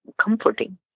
comforting